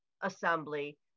assembly